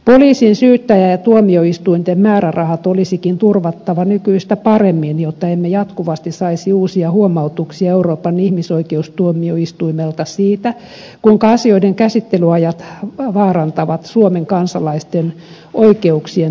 poliisin syyttäjän ja tuomioistuinten määrärahat olisikin turvattava nykyistä paremmin jotta emme jatkuvasti saisi uusia huomautuksia euroopan ihmisoikeustuomioistuimelta siitä kuinka asioiden käsittelyajat vaarantavat suomen kansalaisten oikeuksien toteutumista